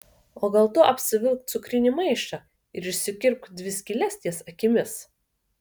o gal tu apsivilk cukrinį maišą ir išsikirpk dvi skyles ties akimis